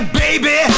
baby